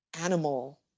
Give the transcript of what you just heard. animal